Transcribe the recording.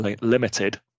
Limited